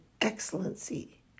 excellency